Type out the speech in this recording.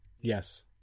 Yes